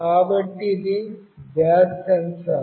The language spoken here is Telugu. కాబట్టి ఇది గ్యాస్ సెన్సార్